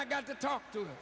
i got to talk to the